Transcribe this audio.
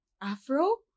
Afro